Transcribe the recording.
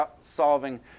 solving